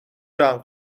جمع